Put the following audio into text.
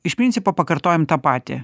iš principo pakartojam tą patį